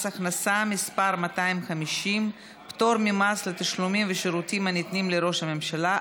הכנסה (מס' 250) (פטור ממס לתשלומים ושירותים הניתנים לראש הממשלה),